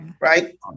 Right